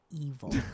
evil